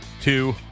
two